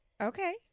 okay